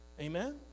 Amen